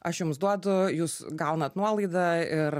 aš jums duodu jūs gaunat nuolaidą ir